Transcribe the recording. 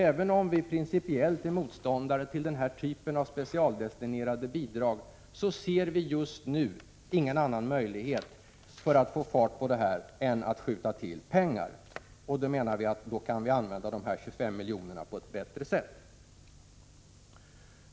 Även om vi principiellt är motståndare till den här typen av specialdestinerade bidrag ser vi just nu ingen annan möjlighet för att få fart på detta än att skjuta till pengar, och då menar vi att dessa 25 milj.kr. används på ett bättre sätt.